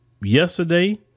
yesterday